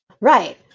Right